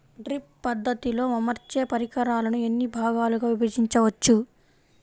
Drip పద్ధతిలో అమర్చే పరికరాలను ఎన్ని భాగాలుగా విభజించవచ్చు?